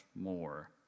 more